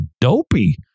dopey